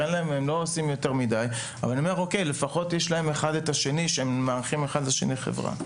אבל אני כן מתנחם בזה שהם מאחרים חברה זה לזו.